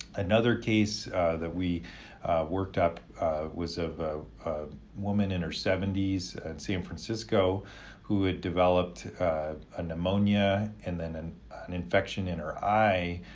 another case that we worked up was of a woman in her seventy s in san francisco who had developed ah pneumonia and then an an infection in her eye,